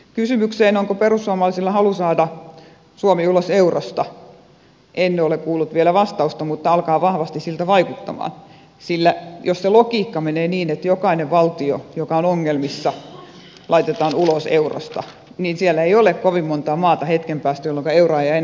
kysymykseen onko perussuomalaisilla halu saada suomi ulos eurosta en ole kuullut vielä vastausta mutta alkaa vahvasti siltä vaikuttaa sillä jos se logiikka menee niin että jokainen valtio joka on ongelmissa laitetaan ulos eurosta niin siellä ei ole kovin montaa maata hetken päästä jolloinka euroa ei enää ole olemassa